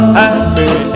happy